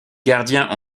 gardiens